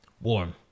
Warm